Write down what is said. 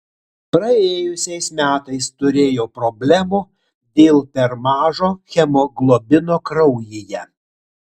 praėjusiais metais turėjau problemų dėl per mažo hemoglobino kraujyje